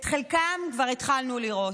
את חלקם כבר התחלנו לראות.